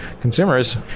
consumers